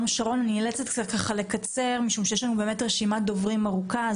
אני נאלצת לבקש ממך לקצר כי יש לנו רשימת דוברים ארוכה.